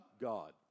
God